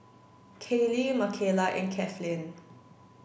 Kayli Makaila and Kathlyn